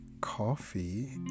Coffee